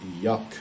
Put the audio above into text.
Yuck